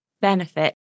benefit